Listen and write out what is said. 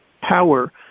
power